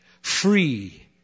Free